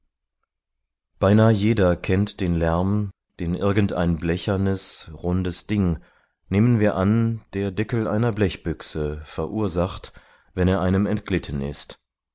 beinah jeder kennt den lärm den irgendein blechernes rundes ding nehmen wir an der deckel einer blechbüchse verursacht wenn er einem entglitten ist